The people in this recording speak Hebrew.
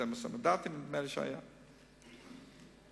נדמה לי שהיו 12 מנדטים.